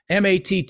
Matt